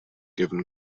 given